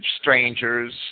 strangers